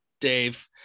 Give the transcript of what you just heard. Dave